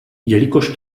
jelikož